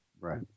Right